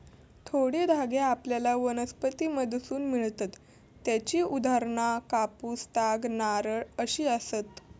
थोडे धागे आपल्याला वनस्पतींमधसून मिळतत त्येची उदाहरणा कापूस, ताग, नारळ अशी आसत